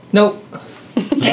Nope